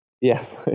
yes